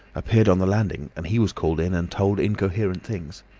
appeared on the landing, and he was called in and told incoherent things.